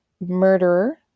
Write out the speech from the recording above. murderer